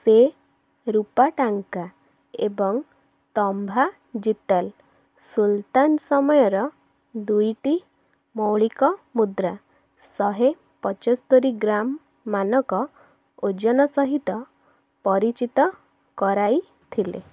ସେ ରୂପା ଟାଙ୍କା ଏବଂ ତମ୍ଭା ଜିତାଲ ସୁଲତାନ ସମୟର ଦୁଇଟି ମୌଳିକ ମୁଦ୍ରା ଶହେ ପଞ୍ଚସ୍ତରୀ ଗ୍ରାମ୍ ମାନକ ଓଜନ ସହିତ ପରିଚିତ କରାଇ ଥିଲେ